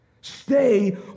Stay